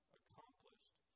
accomplished